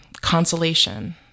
consolation